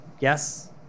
yes